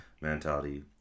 mentality